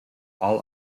all